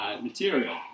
material